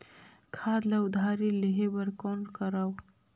खाद ल उधारी लेहे बर कौन करव?